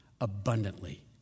abundantly